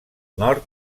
nord